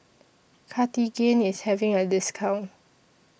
Cartigain IS having A discount